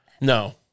No